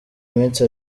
minsi